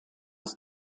aus